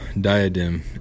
diadem